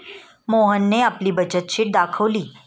मोहनने आपली बचत शीट दाखवली